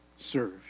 Serve